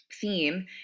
theme